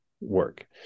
work